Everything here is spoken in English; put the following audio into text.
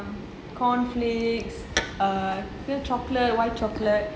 corn flakes err you know chocolate white chocolate